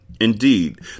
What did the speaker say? Indeed